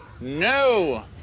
No